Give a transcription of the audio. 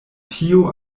tio